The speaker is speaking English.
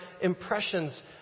impressions